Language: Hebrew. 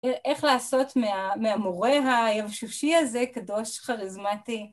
איך לעשות מהמורה היבשושי הזה קדוש, כריזמטי?